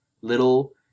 little